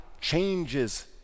changes